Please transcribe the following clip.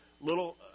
little